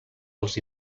als